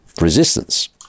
resistance